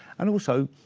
and also,